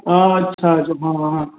अच्छा हँ